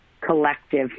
collective